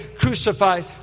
crucified